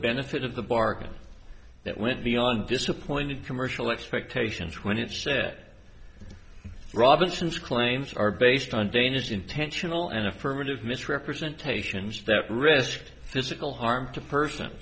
benefit of the bargain that went beyond disappointed commercial expectations when it said robinson's claims are based on dangerous intentional and affirmative misrepresentations that risked physical harm to person